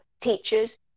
teachers